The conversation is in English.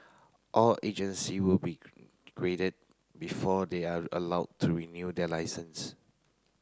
all agency will be graded before they are allowed to renew their licence